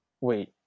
Wait